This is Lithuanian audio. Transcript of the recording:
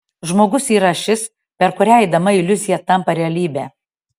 žmogus yra ašis per kurią eidama iliuzija tampa realybe